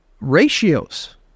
ratios